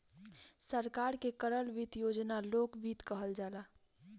सरकार के करल वित्त योजना लोक वित्त कहल जाला